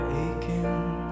aching